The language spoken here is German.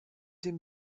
dem